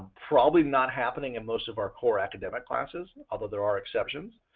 probably not happening in most of our core academic classes, and although there are exceptions.